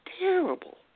terrible